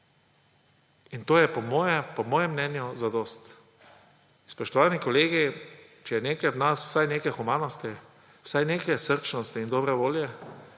In to je po mojem mnenju dovolj. Spoštovani kolegi, če je v nas vsaj nekaj humanosti, vsaj nekaj srčnosti in dobre volje,